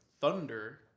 thunder